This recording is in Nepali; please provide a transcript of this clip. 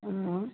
अँ